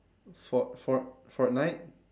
fort~ fort~ fortnite